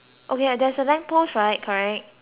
post right correct